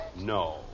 No